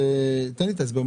תן לי את ההסבר,